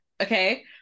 okay